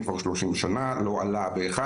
חשוב מאוד הדיון בוועדה.